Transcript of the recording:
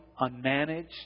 unmanaged